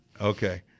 Okay